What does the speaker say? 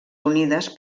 unides